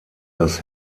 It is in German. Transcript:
das